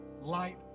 Light